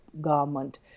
garment